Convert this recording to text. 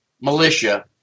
militia